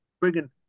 bringing